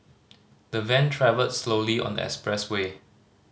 the van travelled slowly on expressway